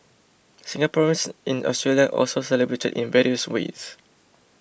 Singaporeans in Australia also celebrated in various ways